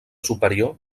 superior